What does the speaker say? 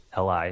LI